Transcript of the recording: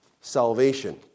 salvation